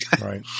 Right